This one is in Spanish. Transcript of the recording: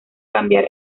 cambiar